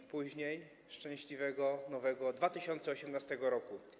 A później szczęśliwego nowego 2018 r.